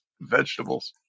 vegetables